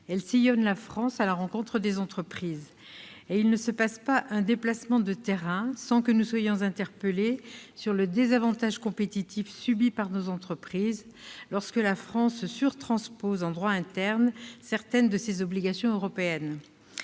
elle sillonne la France à la rencontre des entreprises. Il ne se passe pas un déplacement de terrain sans que nous soyons interpellés sur le désavantage compétitif subi par nos entreprises lorsque la France surtranspose en droit interne certaines de ses obligations européennes.